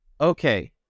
Okay